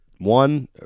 One